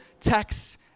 tax